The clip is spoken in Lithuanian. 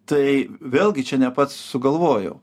tai vėlgi čia ne pats sugalvojau